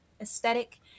aesthetic